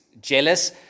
jealous